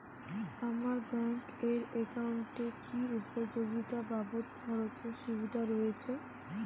আমার ব্যাংক এর একাউন্টে কি উপযোগিতা বাবদ খরচের সুবিধা রয়েছে?